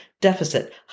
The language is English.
Deficit